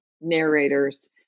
narrators